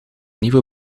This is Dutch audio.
nieuwe